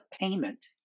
payment